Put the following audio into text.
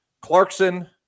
Clarkson